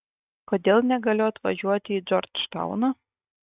kodėl negaliu atvažiuoti į džordžtauną